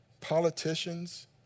politicians